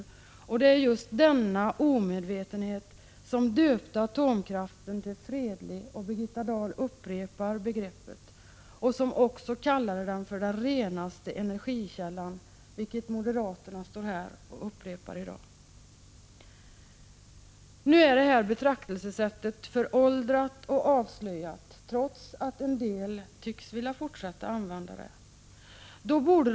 Det är just på grund av denna omedvetenhet som atomkraften kallades fredlig — Birgitta Dahl upprepar begreppet. Av samma anledning ansågs atomkraften vara den renaste energikällan, vilket moderaterna upprepar här i dag. Nu är detta betraktelsesätt föråldrat och avslöjat, trots att en del tycks vilja fortsätta att använda sig av det.